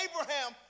Abraham